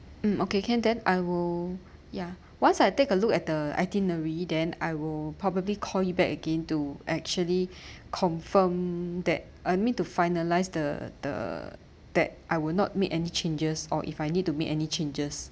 hmm okay can then I will ya once I take a look at the itinerary then I will probably call you back again to actually confirm that I mean to finalise the the that I would not make any changes or if I need to make any changes